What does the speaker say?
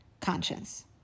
conscience